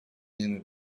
menino